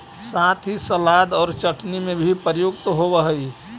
साथ ही सलाद और चटनी में भी प्रयुक्त होवअ हई